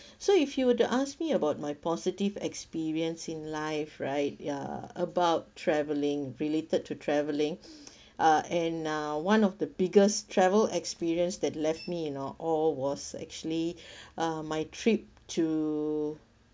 so if you were to ask me about my positive experience in life right ya about travelling related to travelling uh and uh one of the biggest travel experience that left me you know all was actually uh my trip to